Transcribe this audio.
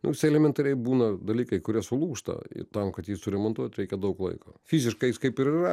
nors elementariai būna dalykai kurie sulūžta ir tam kad jį suremontuot reikia daug laiko fiziškai jis kaip ir yra